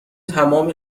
تمام